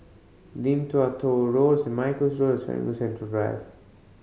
Lim Tua Tow Road Saint Michael's Road and Serangoon Central Drive